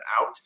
out